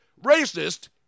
Racist